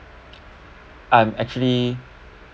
I'm actually